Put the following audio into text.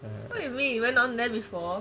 what you mean you went on there before